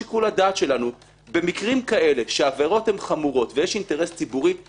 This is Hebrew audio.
הדבר המהותי הזה שעבירות מין בתוך המשפחה